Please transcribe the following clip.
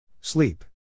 Sleep